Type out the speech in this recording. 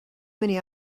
many